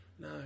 No